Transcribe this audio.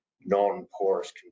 non-porous